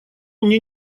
мне